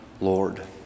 Lord